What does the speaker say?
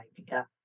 idea